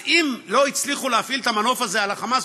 אז אם לא הצליחו להפעיל את המנוף הזה על ה"חמאס",